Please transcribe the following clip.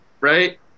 Right